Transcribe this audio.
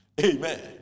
Amen